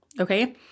okay